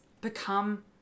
become